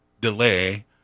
delay